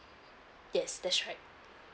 yes that's right